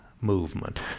movement